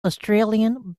australian